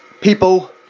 People